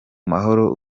mahoro